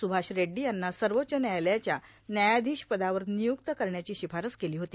सुभाष रेडुडी यांना सर्वाच्च न्यायालयाच्या न्यायाधीशपदावर ांनयुक्त करण्याची शिफारस केला होती